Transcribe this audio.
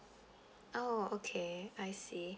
oh okay I see